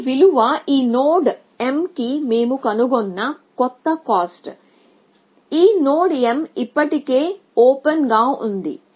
ఈ విలువ ఈ నోడ్ m కి మేము కనుగొన్న కొత్త కాస్ట్ ఈ నోడ్ m ఇప్పటికే ఓపెన్ గా ఉంది